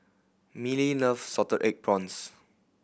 Mellie loves salted egg prawns